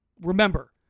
remember